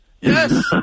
Yes